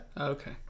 Okay